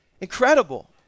Incredible